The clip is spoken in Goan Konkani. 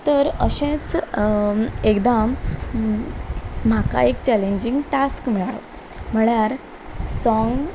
तर अशेंच एकदां म्हाका एक चॅलेंजींग टास्क मेळ्ळो म्हणल्यार सोंग